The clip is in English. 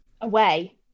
away